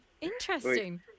interesting